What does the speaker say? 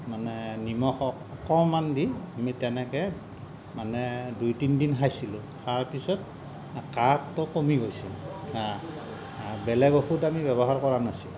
মানে নিমখ অকণমান দি আমি তেনেকে মানে দুই তিনিদিন খাইছিলোঁ খাৱাৰ পিছত কাহটো কমি গৈছিল বেলেগ ঔষধ আমি ব্যৱহাৰ কৰা নাছিলোঁ